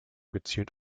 gezielt